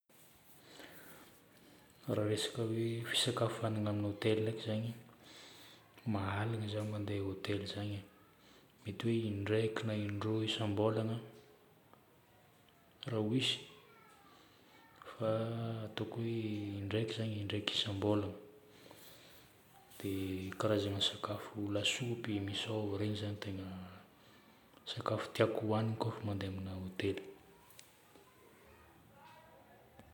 Raha resaka hoe fisakafoagnana amina hôtely ndraiky zagny mahalagna za mandeha amin'ny hôtely zagny. Mety hoe indraiky na indroa isam-bolana raha ho hisy. Fa ataoko hoe indraiky zagny, indraiky isam-bolana. Dia karazagna sakafo lasopy, misao, regny zagny tegna sakafo tiako hohaniko mandeha amina hôtely.